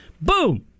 boom